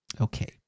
Okay